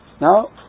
Now